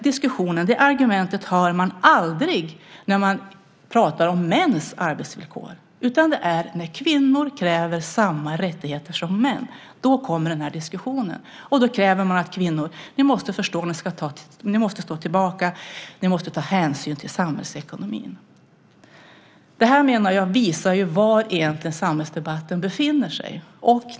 Det argumentet hör man aldrig när man pratar om mäns arbetsvillkor. Det är när kvinnor kräver samma rättigheter som män som den här diskussionen uppstår. Man kräver att kvinnor ska förstå att de måste stå tillbaka och ta hänsyn till samhällsekonomin. Det här menar jag visar var samhällsdebatten egentligen befinner sig.